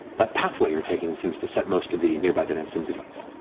that pathway you're taking seems to set most of the nearby denizens at ease.